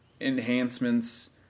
enhancements